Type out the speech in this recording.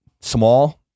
small